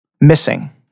Missing